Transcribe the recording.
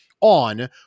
on